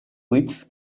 weeds